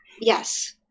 Yes